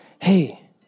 hey